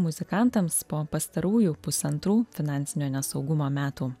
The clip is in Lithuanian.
muzikantams po pastarųjų pusantrų finansinio nesaugumo metų